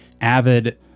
avid